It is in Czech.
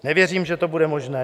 Nevěřím, že to bude možné.